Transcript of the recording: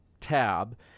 tab